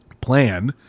plan